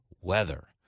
weather